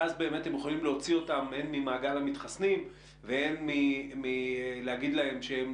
ואז באמת הם יכולים להוציא אותם הן ממעגל המתחסנים והן מלהגיד להם שהם,